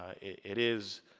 ah it is